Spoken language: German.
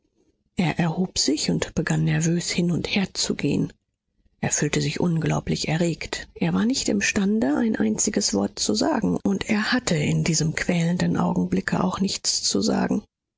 er erhob sich und begann nervös hin und her zu gehen er fühlte sich unglaublich erregt er war nicht imstande ein einziges wort zu sagen und er hatte in diesem quälenden augenblicke auch nichts zu sagen